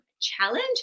challenge